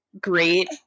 great